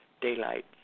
Daylight